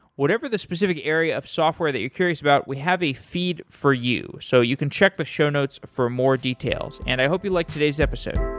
whatever the specific area of software that you're curious about, we have a feed for you. so you can check the show notes for more details, and i hope you like today's episode.